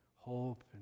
Hope